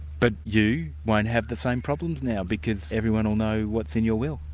but you won't have the same problems now, because everyone will know what's in your will.